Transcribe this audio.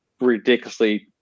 ridiculously